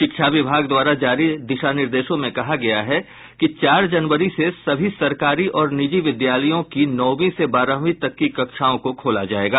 शिक्षा विभाग द्वारा जारी दिशा निर्देशों में कहा गया है कि चार जनवरी से सभी सरकारी और निजी विद्यालयों की नौंवी से बारहवीं तक की कक्षाओं खोला जायेगा